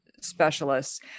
specialists